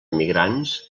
emigrants